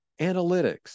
analytics